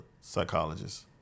psychologist